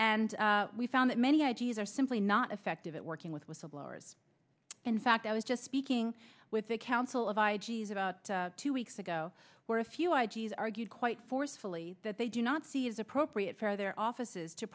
and we found that many ideas are simply not effective at working with whistleblowers in fact i was just speaking with the council of i g s about two weeks ago where a few ideas argued quite forcefully that they do not see is appropriate for their offices to